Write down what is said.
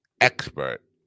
expert